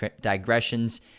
digressions